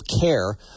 CARE